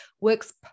works